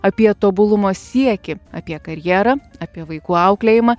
apie tobulumo siekį apie karjerą apie vaikų auklėjimą